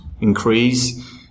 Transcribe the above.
increase